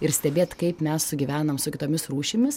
ir stebėt kaip mes sugyvenam su kitomis rūšimis